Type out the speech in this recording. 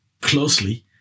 closely